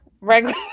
regular